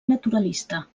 naturalista